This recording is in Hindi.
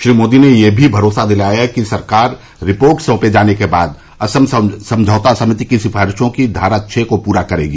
श्री मोदी ने यह भी भरोसा दिलाया कि सरकार रिपोर्ट सौंपे जाने के बाद असम समझौता समिति की सिफारिशों की धारा छह को पूरा करेगी